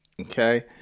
okay